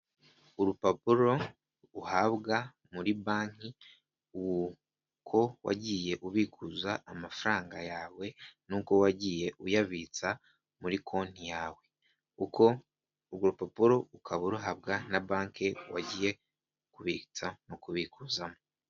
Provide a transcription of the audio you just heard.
Urupapuro uhabwa muri banki buri uko wagiye ubikuza amafaranga yawe n'uko wagiye uyabitsa muri konti yawe, uko urwo rupapuro ukaba urahabwa na banki wagiye kubitsa no kubikuzamo.